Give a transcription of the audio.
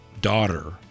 daughter